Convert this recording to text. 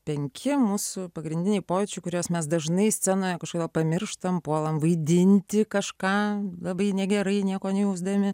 penki mūsų pagrindiniai pojūčių kuriuos mes dažnai scenoje kažkodėl pamirštam puolame vaidinti kažką labai negerai nieko nejausdami